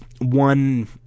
one